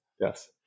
Yes